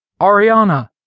Ariana